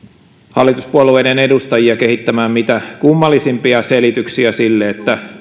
hallituspuolueiden edustajia kehittämään mitä kummallisimpia selityksiä sille että